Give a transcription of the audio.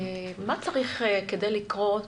מה צריך כדי לקרות,